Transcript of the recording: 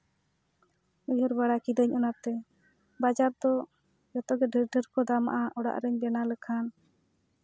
ᱩᱭᱦᱟᱹᱨ ᱵᱟᱲᱟ ᱠᱤᱫᱟᱹᱧ ᱚᱱᱟᱛᱮ ᱵᱟᱡᱟᱨ ᱫᱚ ᱡᱚᱛᱚ ᱜᱮ ᱰᱷᱮᱨ ᱰᱷᱮᱨ ᱠᱚ ᱫᱟᱢᱟᱜᱼᱟ ᱚᱲᱟᱜ ᱨᱮᱧ ᱵᱮᱱᱟᱣ ᱞᱮᱠᱷᱟᱱ